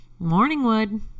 Morningwood